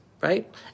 right